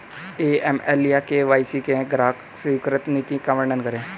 AML या KYC में ग्राहक स्वीकृति नीति का वर्णन करें?